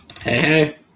hey